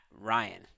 Ryan